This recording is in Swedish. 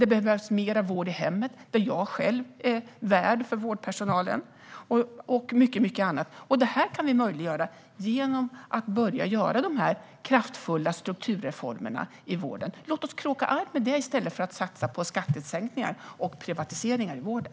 Det behövs mer vård i hemmet, där man själv är värd för vårdpersonalen. Detta kan vi möjliggöra genom att genomföra de kraftfulla strukturreformerna i vården. Låt oss kroka arm om det i stället för att satsa på skattesänkningar och privatiseringar i vården!